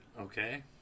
okay